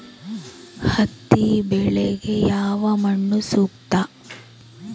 ಹತ್ತಿ ಬೆಳೆಗೆ ಯಾವ ಮಣ್ಣು ಸೂಕ್ತ?